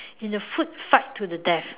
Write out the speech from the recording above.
in a food fight to the death